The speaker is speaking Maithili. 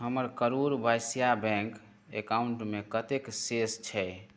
हमर करूर वैश्य बैँक एकाउण्टमे कतेक शेष छै